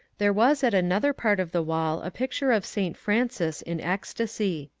there was at another part of the wall a picture of st francis in ecstacy.